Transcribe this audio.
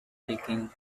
leaking